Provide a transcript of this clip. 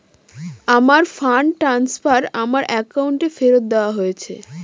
আমার fund transfer আমার অ্যাকাউন্টে ফেরত দেওয়া হয়েছে